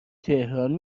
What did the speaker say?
تهران